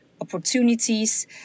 opportunities